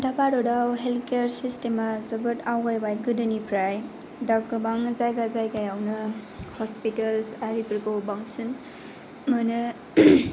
दा भारताव health care सिस्टेमा जोबोद आवगायबाय गोदोनिफ्राय दा गोबां जायगा जायगायावनो हसपिटाल्स आरिफोरखौ बांसिन मोनो